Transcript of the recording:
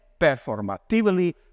performatively